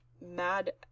mad